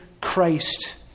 Christ